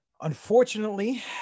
unfortunately